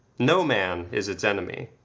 no man is its enemy.